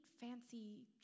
fancy